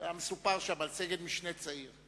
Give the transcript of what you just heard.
היה מסופר שם על סגן-משנה צעיר.